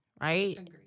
Right